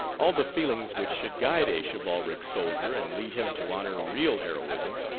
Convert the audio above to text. all the feelings which should guide a chivalric soldier and lead him to honor real heroism,